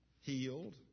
healed